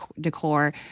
decor